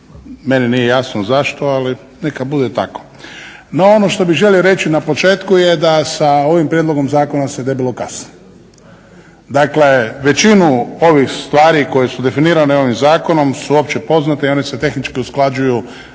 Meni nije jasno zašto ali neka bude tako. No ono što bih želio reći na početku je da sa ovim prijedlogom zakona se debelo kasni. Dakle, većinu ovih stvari koje su definirane ovim zakonom su opće poznate i one se tehnički usklađuju sa